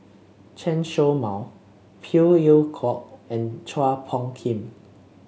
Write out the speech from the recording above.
Chen Show Mao Phey Yew Kok and Chua Phung Kim